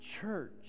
church